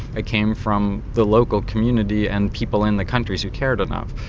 it came from the local community and people in the countries who cared enough.